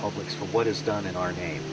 publics for what is done in our name